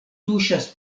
tuŝas